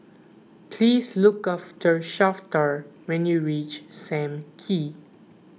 please look for Shafter when you reach Sam Kee